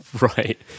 Right